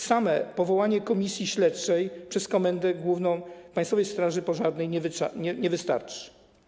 Samo powołanie komisji śledczej przez Komendę Główną Państwowej Straży Pożarnej nie wystarczy.